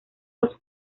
los